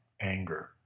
anger